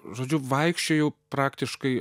žodžiu vaikščiojau praktiškai